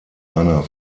einer